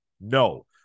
No